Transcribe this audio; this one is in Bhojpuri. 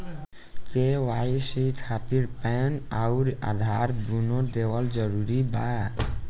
के.वाइ.सी खातिर पैन आउर आधार दुनों देवल जरूरी बा?